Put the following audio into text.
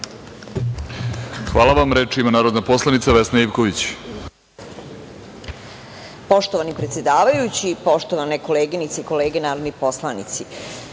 Hvala vam. Reč ima narodna poslanica Vesna Ivković. **Vesna Ivković** Poštovani predsedavajući, poštovane koleginice i kolege narodni poslanici,